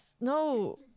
no